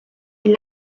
est